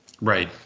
Right